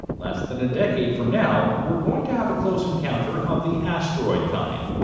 less than a decade from now we're going to have a close encounter of the asteroid kind.